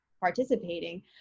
participating